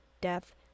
death